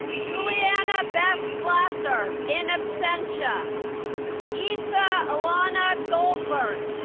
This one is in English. juliana bess glasser in absentia isa elana goldberg